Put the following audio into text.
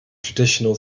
traditional